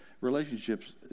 relationships